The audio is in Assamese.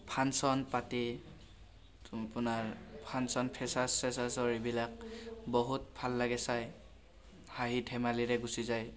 ফাংচন পাতি আপোনাৰ ফাংচন ফেচাৰ্ছ চেচাৰ্ছৰ এইবিলাক বহুত ভাল লাগে চাই হাঁহি ধেমালিৰে গুচি যায়